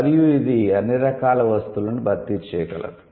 మరియు ఇది అన్ని రకాలైన వస్తువులను భర్తీ చేయగలదు